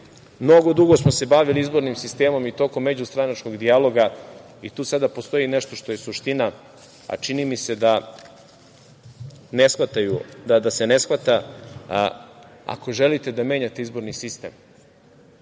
mnogo dugo smo se bavili izbornim sistemom i tokom međustranačkog dijaloga i tu sada postoji nešto što je suština, a čini mi se da se ne shvata, ako želite da menjate izborni sistem,